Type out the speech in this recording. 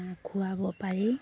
খুৱাব পাৰি